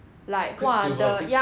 quicksilver quicksilver